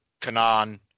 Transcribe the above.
Kanan